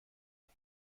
این